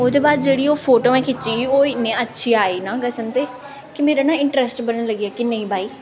ओह्दे बाद जेह्ड़ियां ओह् फोटोआ खिच्चियां ओह् इन्नी अच्छी आई ना कसम से कि मेरा नां इंट्रस्ट बनना लग्गी गेआ कि नेईं भाई